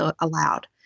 allowed